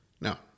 Now